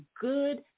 good